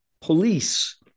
police